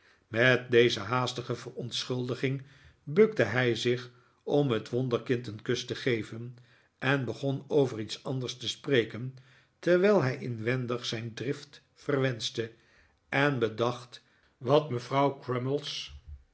met deze haastige verontschuldiging bukte hij zich om het wonderkind een kus te geven en begon over iets anders te spreken terwijl hij inwendig zijn drift verwenschte en bedacht wat mevrouw